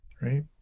right